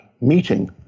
meeting